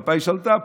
מפא"י שלטה פה,